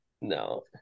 no